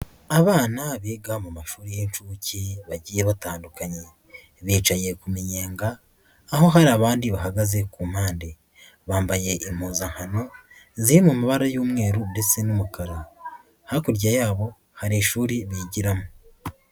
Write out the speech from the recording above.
Abana biga mu mashuri y'inshuke bagiye batandukanye bicanye ku minyenga aho hari abandi bahagaze ku mpande, bambaye impuzankano ziri mu mabara y'umweru ndetse n'umukara, hakurya yabo hari ishuri bigiramo.